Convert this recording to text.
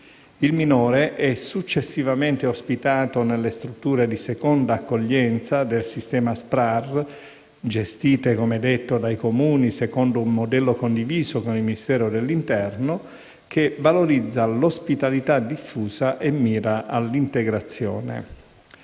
Il minore è successivamente ospitato nelle strutture di seconda accoglienza del sistema SPRAR gestite - come detto - dai Comuni secondo un modello condiviso con il Ministero dell'interno, che valorizza l'ospitalità diffusa e mira all'integrazione.